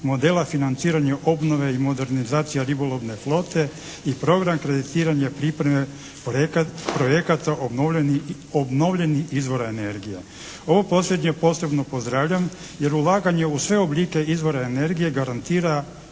modela financiranja obnove i modernizacija ribolovne flote i program kreditiranja pripreme projekata obnovljenih izvora energija. Ovo posljednje posebno pozdravljam jer ulaganje u sve oblike izvora energije garantira